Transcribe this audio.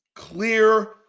clear